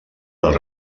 del